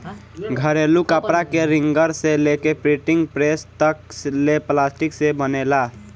घरेलू कपड़ा के रिंगर से लेके प्रिंटिंग प्रेस तक ले प्लास्टिक से बनेला